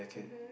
mmhmm